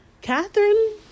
Catherine